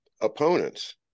opponents